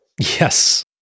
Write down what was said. Yes